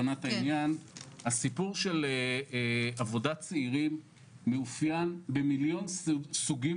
להבנת העניין שהסיפור של עבודת צעירים מאופיין במיליון סוגים